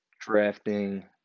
drafting